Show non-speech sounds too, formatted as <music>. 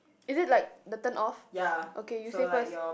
is it like the turn off <noise> okay you say first